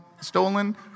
stolen